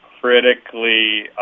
critically